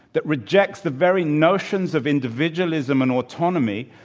that rejects the very notions of individualism and autonomy.